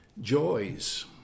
joys